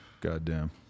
Goddamn